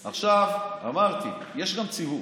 עכשיו, אמרתי, יש מציאות,